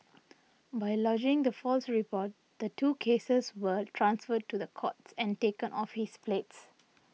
by lodging the false reports the two cases were transferred to the courts and taken off his plates